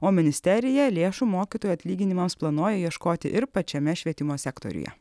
o ministerija lėšų mokytojų atlyginimams planuoja ieškoti ir pačiame švietimo sektoriuje